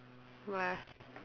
what